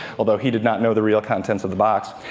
although he did not know the real contents of the box.